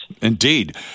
Indeed